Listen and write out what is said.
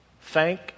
thank